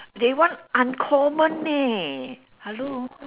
they want uncommon eh hello